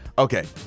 Okay